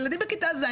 ילדים בכיתה ז',